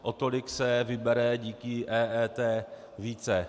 O tolik se vybere díky EET více.